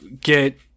get